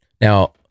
Now